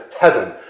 heaven